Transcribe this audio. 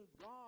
God